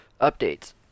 Updates